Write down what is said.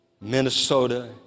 Minnesota